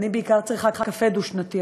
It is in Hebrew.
אני בעיקר צריכה קפה דו-שנתי,